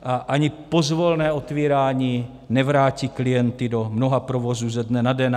A ani pozvolné otvírání nevrátí klienty do mnoha provozů ze dne na den.